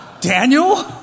Daniel